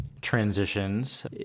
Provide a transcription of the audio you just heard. transitions